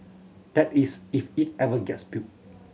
that is if it ever gets built